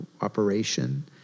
operation